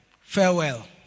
farewell